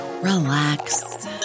relax